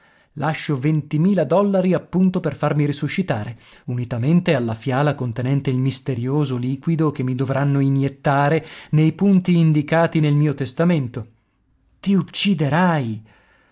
lascio ventimila dollari appunto per farmi risuscitare unitamente alla fiala contenente il misterioso liquido che mi dovranno iniettare nei punti indicati nel mio testamento ti ucciderai